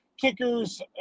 kickers